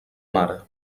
mare